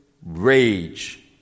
Rage